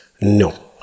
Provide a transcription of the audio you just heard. No